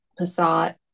Passat